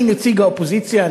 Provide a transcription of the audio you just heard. אני נציג האופוזיציה,